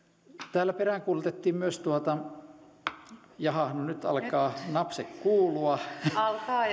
täällä peräänkuulutettiin myös tuota jaha no nyt alkaa napse kuulua niin alkaa